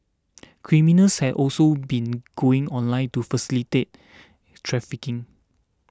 criminals have also been going online to facilitate trafficking